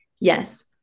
yes